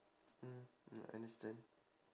mm mm understand